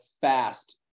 fast